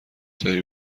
داری